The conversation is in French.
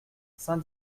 saint